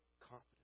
confidence